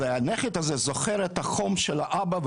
והנכד הזה זוכר את החום של האבא,